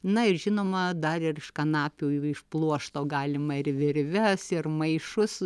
na ir žinoma dar ir iš kanapių iš pluošto galima ir virves ir maišus